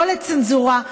לא לצנזורה,